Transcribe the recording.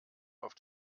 auf